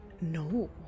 No